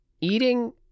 Eating